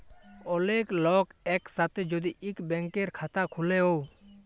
ওলেক লক এক সাথে যদি ইক ব্যাংকের খাতা খুলে ও